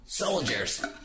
soldiers